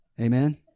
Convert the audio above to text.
Amen